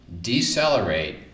decelerate